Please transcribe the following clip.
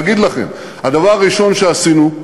אגיד לכם, הדבר הראשון שעשינו,